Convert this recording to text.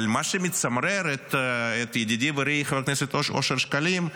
אבל מה שמצמרר את ידידי ורעי חבר כנסת אושר שקלים,